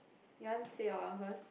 you want say your one first